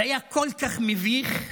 זה היה כל כך מביך,